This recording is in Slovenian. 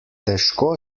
težko